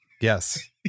Yes